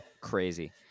crazy